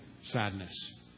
sadness